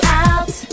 out